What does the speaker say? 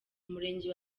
umurenge